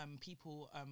people